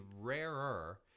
rarer